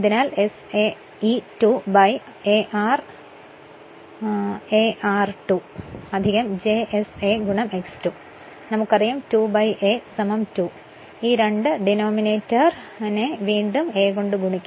അതിനാൽ SaE2 a r2 j s a X 2 നമുക്കറിയാം 2 a 2 ' അതിനാൽ ഈ 2 ഡിനോമിനേറ്ററിനെ വീണ്ടും a കൊണ്ട് ഗുണിക്കുന്നു